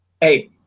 hey